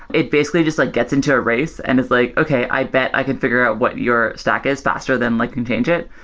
it basically just like gets into a race and it's like, okay. i bet i can figure out what your stack is faster than like contingent.